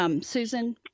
Susan